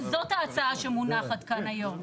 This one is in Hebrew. וזאת ההצעה שמונחת כאן היום.